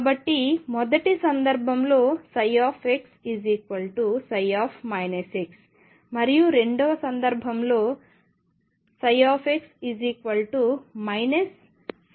కాబట్టి మొదటి సందర్భంలో xψ మరియు రెండవ సందర్భంలో x ψ